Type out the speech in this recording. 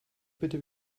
bitte